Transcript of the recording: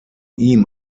ihm